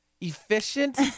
efficient